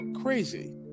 crazy